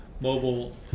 mobile